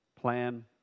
Plan